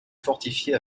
fortifiée